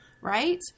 Right